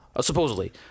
supposedly